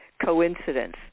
coincidence